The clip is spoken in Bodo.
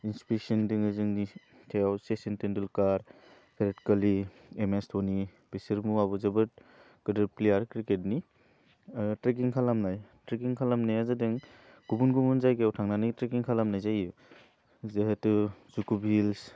इनस्पिशोन दोङो जोंनि थायाव सेचिन टेन्डुलकार बिरात कोलि एम एस धनि बिसोर मुवाबो जोबोद गोदोर प्लेयार क्रिकेटनि ओह ट्रेकिं खालामनाय ट्रेकिं खालामनाया जादों गुबुन गुबुन जायगायाव थांनानै ट्रेकिं खालामनाय जायो जिहेथु जुक'भेलि